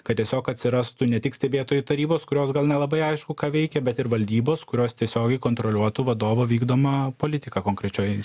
kad tiesiog atsirastų ne tik stebėtojų tarybos kurios gal nelabai aišku ką veikia bet ir valdybos kurios tiesiogiai kontroliuotų vadovo vykdomą politiką konkrečioj